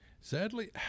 Sadly